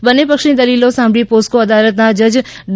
બંને પાક્ષ ની દલીલો સાંભળી પોસકો અદાલત ના જજ ડી